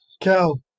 Cal